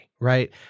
right